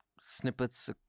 snippets